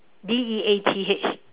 D E A T H